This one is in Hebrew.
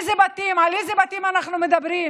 על איזה בתים אנחנו מדברים?